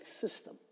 system